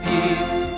Peace